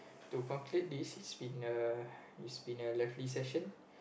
to conclude this it's been a it's been a lovely session